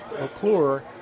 McClure